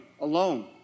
alone